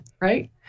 right